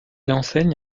enseigne